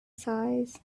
size